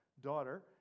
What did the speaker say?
daughter